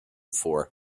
for